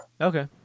Okay